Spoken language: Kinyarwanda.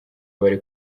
bari